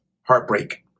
heartbreak